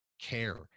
Care